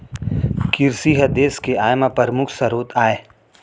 किरसी ह देस के आय म परमुख सरोत आय